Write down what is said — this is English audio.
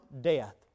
death